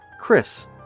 chris